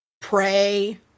Pray